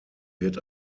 wird